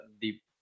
deep